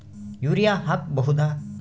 Urea ಹಾಕ್ ಬಹುದ?